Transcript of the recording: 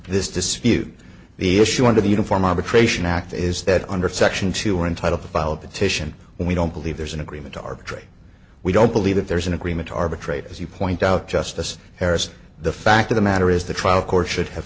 this dispute the issue under the uniform arbitration act is that under section two we're entitled to file a petition and we don't believe there's an agreement to arbitrate we don't believe that there is an agreement to arbitrate as you point out justice harrison the fact of the matter is the trial court should have